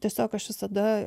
tiesiog aš visada